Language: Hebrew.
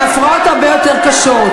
ההפרעות הרבה יותר קשות.